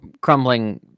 crumbling